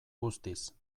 guztiz